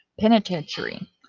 penitentiary